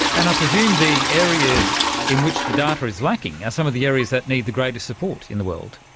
and i presume the areas in which the data is lacking are some of the areas that need the greatest support in the world.